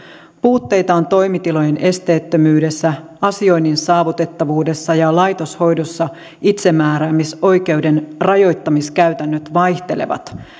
puutteita on toimitilojen esteettömyydessä asioinnin saavutettavuudessa ja laitoshoidossa itsemääräämisoikeuden rajoittamiskäytännöt vaihtelevat